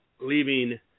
leaving